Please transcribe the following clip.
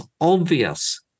obvious